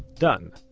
done.